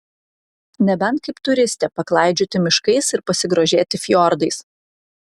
nebent kaip turistė paklaidžioti miškais ir pasigrožėti fjordais